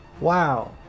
Wow